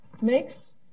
makes